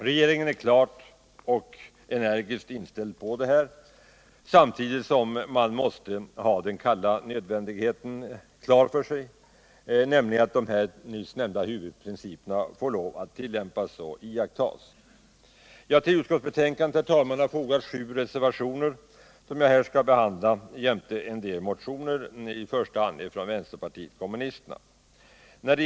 Regeringen är klart och energiskt inställd på detta, samtidigt som man måste ha den kalla nödvändigheten klar för sig, nämligen att de här nyss nämnda huvudprinciperna får lov att tillämpas och iakttas. Vid utskottsbetänkandet, herr talman, har fogats sju reservationer, som jag här skall behandla, jämte en del motioner från i första hand vänsterpartiet kommunisterna.